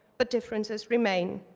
but differences remain.